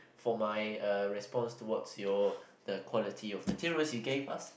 for my uh response towards your the quality of materials you gave us